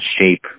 shape